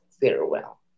Farewell